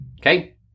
okay